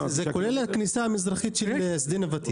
זה כולל את הכניסה המזרחית של שדה נבטים.